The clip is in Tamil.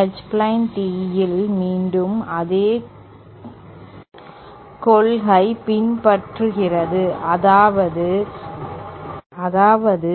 H பிளேன் Teeயில் மீண்டும் அதே கொள்கை பின்பற்றுகிறது அதாவது